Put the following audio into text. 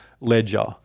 Ledger